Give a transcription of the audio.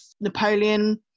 Napoleon